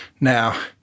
Now